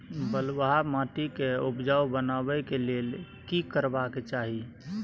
बालुहा माटी के उपजाउ बनाबै के लेल की करबा के चाही?